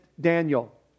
Daniel